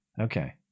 okay